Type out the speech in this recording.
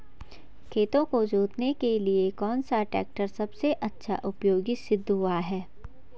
खेतों को जोतने के लिए कौन सा टैक्टर सबसे अच्छा उपयोगी सिद्ध हुआ है?